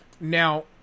Now